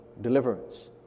deliverance